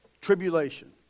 tribulation